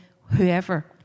whoever